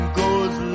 goes